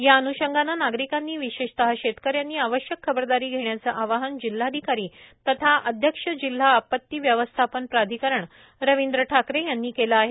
या अन्षंगान नागरिकांनी विशेषतः शेतकऱ्यांनी आवश्यक खबरदारी घेण्याच आवाहन जिल्हाधिकारी तथा अध्यक्ष जिल्हा आपती व्यवस्थापन प्राधिकरण रविंद्र ठाकरे यांनी केल आहे